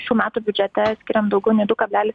šių metų biudžete skiriam daugiau nei du kablelis